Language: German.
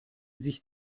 sich